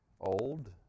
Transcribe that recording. old